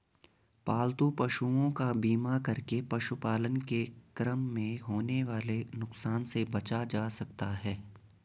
पालतू पशुओं का बीमा करके पशुपालन के क्रम में होने वाले नुकसान से बचा जा सकता है